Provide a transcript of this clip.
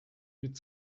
mit